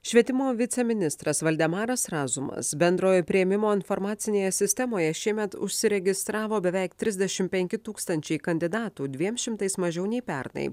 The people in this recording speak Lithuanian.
švietimo viceministras valdemaras razumas bendrojo priėmimo informacinėje sistemoje šiemet užsiregistravo beveik trisdešimt penki tūkstančiai kandidatų dviem šimtais mažiau nei pernai